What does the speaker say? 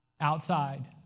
outside